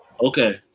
Okay